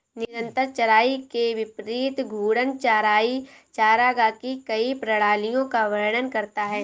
निरंतर चराई के विपरीत घूर्णन चराई चरागाह की कई प्रणालियों का वर्णन करता है